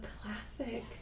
classic